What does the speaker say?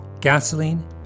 Gasoline